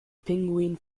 pinguin